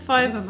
Five